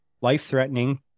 life-threatening